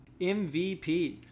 MVP